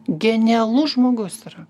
genialus žmogus yra